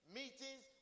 meetings